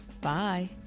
Bye